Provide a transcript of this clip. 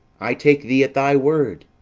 i take thee at thy word.